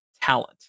talent